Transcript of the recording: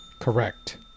Correct